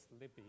Libby